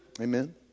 amen